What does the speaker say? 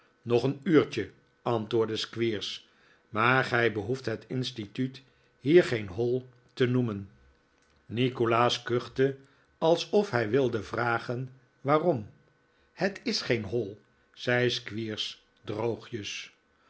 nog een uurtje antwoordde squeers maar gij behoeft het instituut hier geen hall te noemen nikolaas kuchte alsof hij wilde vragen waarom het is geen hall zei squeers droogjes